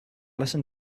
listen